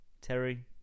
Terry